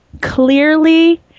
Clearly